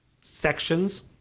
sections